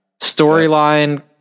Storyline